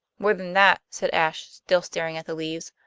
more than that, said ashe, still staring at the leaves.